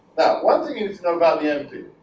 one thing is no value empty